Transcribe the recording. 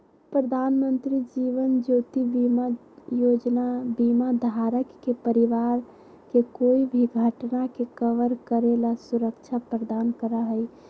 प्रधानमंत्री जीवन ज्योति बीमा योजना बीमा धारक के परिवार के कोई भी घटना के कवर करे ला सुरक्षा प्रदान करा हई